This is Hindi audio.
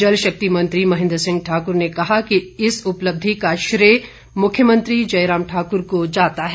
जल शक्ति मंत्री महेंद्र सिंह ठाकुर ने कहा कि इस उपलब्धि का श्रेय मुख्यमंत्री जयराम ठाकुर को जाता है